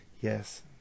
Yes